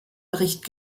bericht